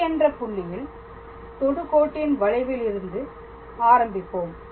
P என்ற புள்ளியில் தொடு கோட்டின் வளைவில் இருந்து ஆரம்பிப்போம்